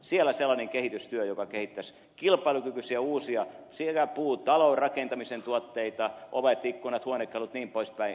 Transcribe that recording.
siellä sellaisessa kehitystyössä joka kehittäisi kilpailukykyisiä uusia tuotteita puutalorakentamisen tuotteita ovia ikkunoita huonekaluja jnp